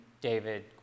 David